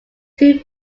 two